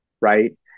right